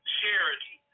charity